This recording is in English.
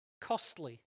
costly